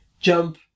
jump